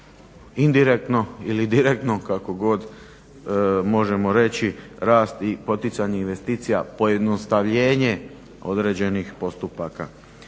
indirektno ili direktno kako god možemo reći rast i poticanje investicija pojednostavljenjem određenih postupaka.